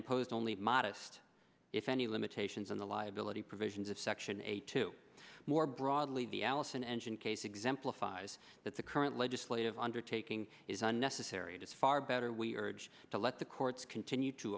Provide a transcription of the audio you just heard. impose only modest if any limitations on the liability provisions of section eight two more broadly the allison engine case exemplifies that the current legislative undertaking is unnecessary it is far better we urge to let the courts continue to